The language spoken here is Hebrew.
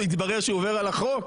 התברר שהוא עובר על החוק.